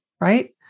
right